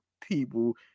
people